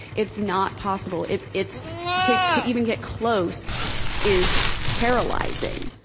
it's not possible. it's it's to to even get close is paralyzing.